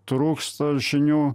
trūksta žinių